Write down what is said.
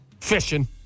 Fishing